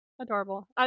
Adorable